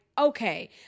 okay